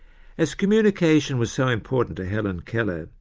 as communication was so important to helen keller,